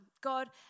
God